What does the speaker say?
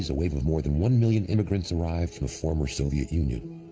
ah wave of more than one million immigrants arrived from the former soviet union,